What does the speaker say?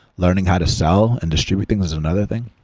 learning how to sell and distribute things is another thing.